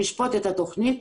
נשפוט את התוכנית,